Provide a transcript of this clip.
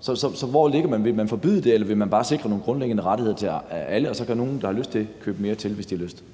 Så hvor ligger man: Vil man forbyde det, eller vil man bare sikre nogle grundliggende rettigheder til alle, og så kan nogle tilkøbe mere, hvis de har lyst til